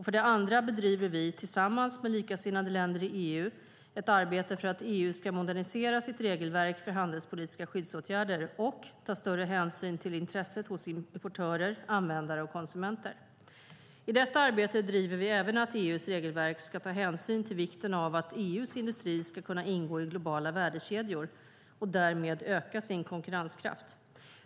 För det andra bedriver vi, tillsammans med likasinnade länder i EU, ett arbete för att EU ska modernisera sitt regelverk för handelspolitiska skyddsåtgärder och ta större hänsyn till intresset hos importörer, användare och konsumenter. I detta arbete driver vi även att EU:s regelverk ska ta hänsyn till vikten av att EU:s industri ska kunna ingå i globala värdekedjor och därmed öka sin konkurrenskraft.